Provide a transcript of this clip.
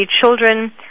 children